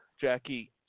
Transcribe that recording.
Jackie